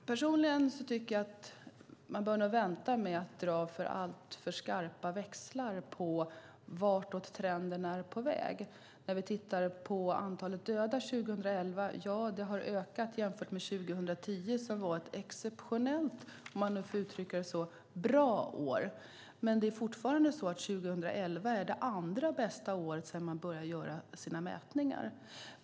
Fru talman! Personligen tycker jag att man bör vänta med att dra alltför stora växlar när det gäller vart trenden är på väg. Antalet döda har ökat 2011 jämfört med 2010 som var ett exceptionellt, om jag får uttrycka det så, bra år. Men 2011 är fortfarande det andra bästa året sedan man började göra sina mätningar.